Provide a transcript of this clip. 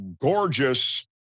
gorgeous